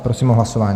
Prosím o hlasování.